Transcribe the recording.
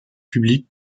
public